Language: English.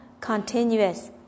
continuous